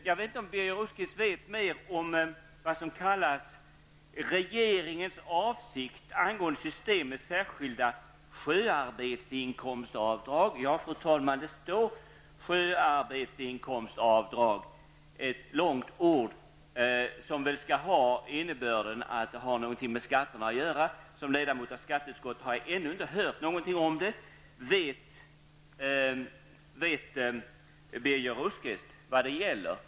Jag vet inte om Birger Rosqvist vet mer om det som kallas för regeringens avsikt angående systemets särskilda sjöarbetsinkomstavdrag. Ja, fru talman, det står sjöarbetsinkomstavdrag. Det är ett långt ord, som skall ha något med skatter att göra. Som ledamot av skatteutskottet har jag ännu inte hört något om innebörden av det ordet. Vet Birger Rosqvist vad det gäller?